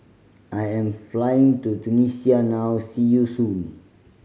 I am flying to Tunisia now see you soon